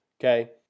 Okay